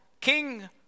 king